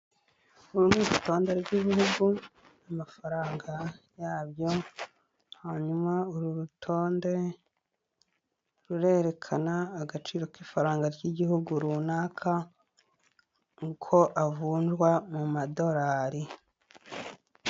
Uru ni urutonde rw'ibihugu n'amafaranga yabyo, hanyuma uru rutonde rurerekana agaciro k'ifaranga ry'igihugu runaka, uko avunjwa mu madolari.